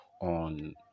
on